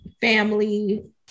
family